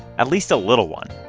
at least a little one.